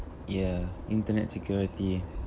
ya internet security